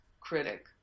critic